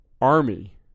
Army